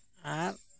ᱟᱨ